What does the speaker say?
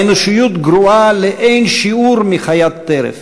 אנושיות גרועה לאין-שיעור מחיית טרף.